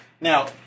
Now